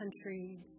countries